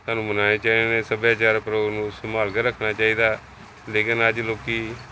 ਸਾਨੂੰ ਮਨਾਉਣੇ ਚਾਹੀਦੇ ਸੱਭਿਆਚਾਰ ਪ੍ਰੋਗ ਨੂੰ ਸੰਭਾਲ ਕੇ ਰੱਖਣਾ ਚਾਹੀਦਾ ਲੇਕਿਨ ਅੱਜ ਲੋਕ